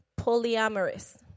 polyamorous